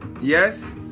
yes